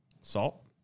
Salt